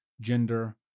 gender